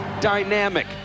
dynamic